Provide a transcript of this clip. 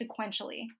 sequentially